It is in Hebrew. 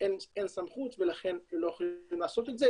אין סמכות ולכן לא יכולים לעשות את זה,